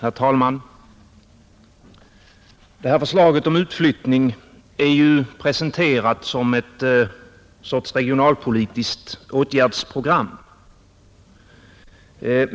Herr talman! Det här förslaget om utflyttning är ju presenterat som någon sorts regionalpolitiskt åtgärdsprogram.